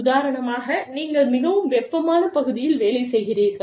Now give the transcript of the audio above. உதாரணமாக நீங்கள் மிகவும் வெப்பமான பகுதியில் வேலை செய்கிறீர்கள்